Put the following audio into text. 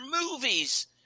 movies